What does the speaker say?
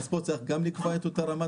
אז גם כאן צריך לקבוע את אותה רמת